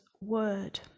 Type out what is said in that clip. word